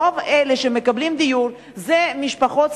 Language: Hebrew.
רוב אלה שמקבלים דיור זה משפחות,